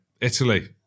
Italy